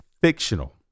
fictional